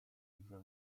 widzę